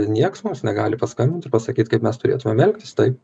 nieks mums negali paskambint ir pasakyt kaip mes turėtumėm elgtis taip